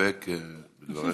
להסתפק בדבריך?